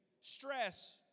stress